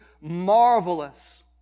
marvelous